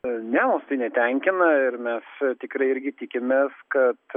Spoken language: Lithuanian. ne mus tai netenkina ir mes tikrai irgi tikimės kad